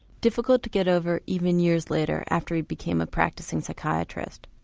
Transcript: difficult to get over even years later, after he became a practising psychiatrist,